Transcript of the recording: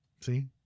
See